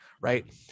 Right